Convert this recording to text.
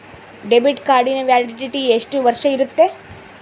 Debit ಕಾರ್ಡಿನ validity ಎಷ್ಟು ವರ್ಷ ಇರುತ್ತೆ?